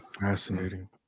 Fascinating